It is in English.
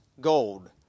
gold